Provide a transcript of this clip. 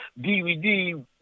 DVD